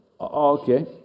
Okay